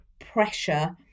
pressure